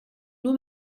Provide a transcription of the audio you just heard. nur